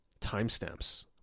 timestamps